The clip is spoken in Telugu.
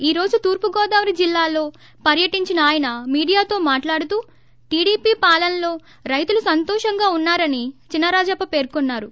ఈ రోజు తూర్పు గోదావరి జిల్లాలో పర్యటించిన తయన మీడియాతో మాట్లాడుతూ టీడీపీ పాలనలో రైతులు సంతోషంగా ఉన్నారని చినరాజప్ప పేర్కొన్నారు